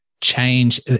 change